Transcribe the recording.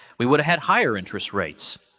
we would have higher interest rates.